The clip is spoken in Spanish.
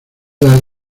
las